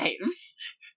lives